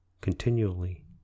continually